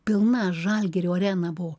pilna žalgirio arena buvo